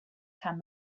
can